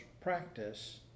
practice